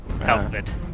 outfit